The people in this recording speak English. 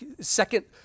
second